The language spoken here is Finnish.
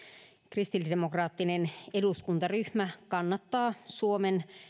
kristillisdemokraattinen eduskuntaryhmä kannattaa suomen